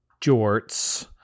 jorts